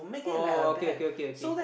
oh okay okay okay okay